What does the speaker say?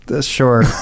Sure